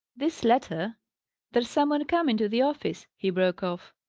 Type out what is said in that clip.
this letter there's some one come into the office, he broke off.